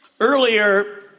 Earlier